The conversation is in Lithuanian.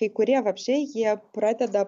kai kurie vabzdžiai jie pradeda